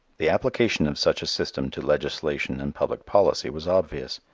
the application of such a system to legislation and public policy was obvious.